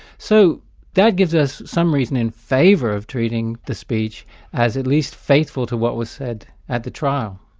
so that gives us some reason in favour of treating the speech as at least faithful to what was said at the trial.